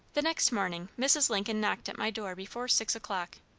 the next morning mrs. lincoln knocked at my door before six o'clock